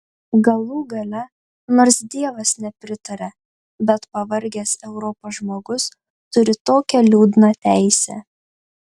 galų gale nors dievas nepritaria bet pavargęs europos žmogus turi tokią liūdną teisę